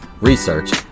research